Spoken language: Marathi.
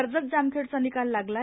कर्जत जामखेडचा निकाल लागलाय